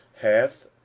hath